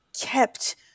kept